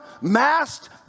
masked